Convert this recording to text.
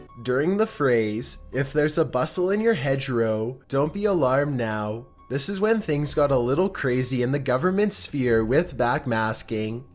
during the phrase if there's a bustle in your hedgerow, don't be alarmed now. this is when things got a little crazy in the government sphere with backmasking,